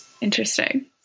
interesting